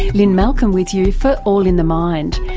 lynne malcolm with you for all in the mind.